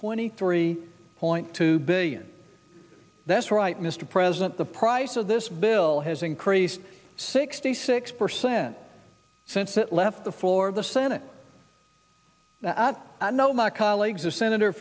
twenty three point two billion that's right mr president the price of this bill has increased sixty six percent since it left the floor of the senate i know my colleagues a senator